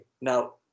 now